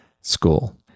school